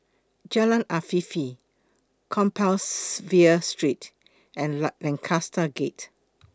Jalan Afifi Compassvale Street and Lancaster Gate